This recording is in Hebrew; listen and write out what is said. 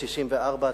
1994,